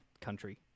country